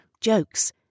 jokes